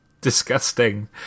disgusting